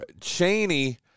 Cheney